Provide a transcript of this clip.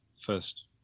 first